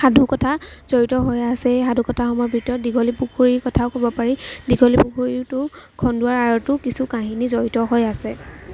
সাধুকথা জড়িত হৈ আছে এই সাধুকথা সমূহৰ ভিতৰত দীঘলী পুখুৰীৰ কথাও ক'ব পাৰি দীঘলী পুখুৰীটো খন্দোৱাৰ আঁৰতো কিছু কাহিনী জড়িত হৈ আছে